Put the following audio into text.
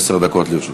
עשר דקות לרשותך.